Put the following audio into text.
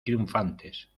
triunfantes